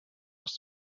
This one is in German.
aus